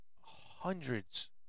Hundreds